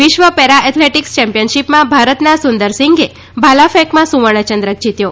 વિશ્વ પેરાએથેલેટિકસ ચેમ્પિયનશીપમાં ભારતના સુંદર સિંઘે ભાલાફેંકમાં સુવર્ણચંદ્રક જીત્યો